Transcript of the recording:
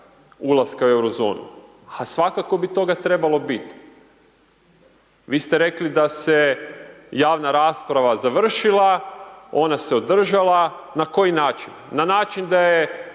ulaska u Euro zonu, a svakako bi toga trebalo bit. Vi ste rekli da se javna rasprava završila, ona se održala. Na koji način? Na način da je